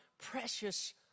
precious